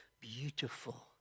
beautiful